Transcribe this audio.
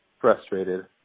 frustrated